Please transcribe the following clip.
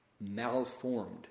malformed